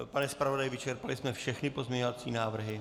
Pane zpravodaji, vyčerpali jsme všechny pozměňovací návrhy?